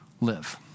live